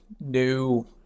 new